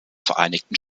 vereinigten